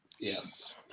Yes